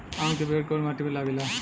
आम के पेड़ कोउन माटी में लागे ला?